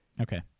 Okay